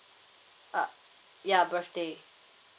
ugh ya birthday